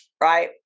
right